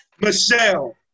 Michelle